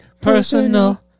personal